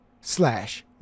slash